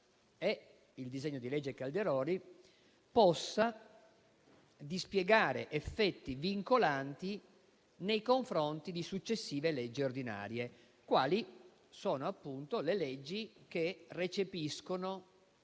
è il disegno di legge Calderoli, possa dispiegare effetti vincolanti nei confronti di successive leggi ordinarie, quali sono appunto quelle leggi che recepiscono